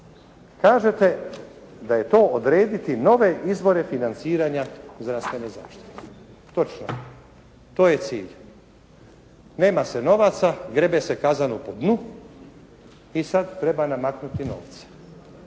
Kažete da je to odrediti nove izvore financiranja zdravstvene zaštite. Točno. To je cilj. Nema se novaca, grebe se kazanu po dnu i sad treba namaknuti novce.